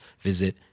visit